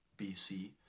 BC